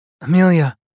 Amelia